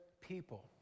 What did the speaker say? people